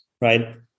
right